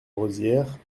rosières